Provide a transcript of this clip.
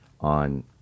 on